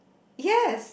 yes